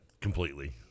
completely